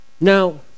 Now